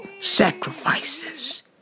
sacrifices